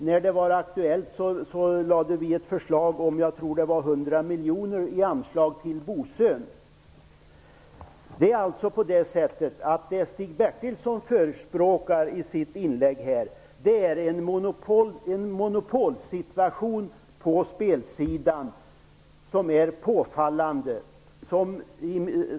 När det var aktuellt lade vi fram ett förslag om 100 Det som Stig Bertilsson förespråkar i sitt inlägg är en monopolsituation på spelsidan, som är påfallande.